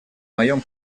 моем